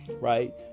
right